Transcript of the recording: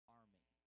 army